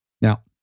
Now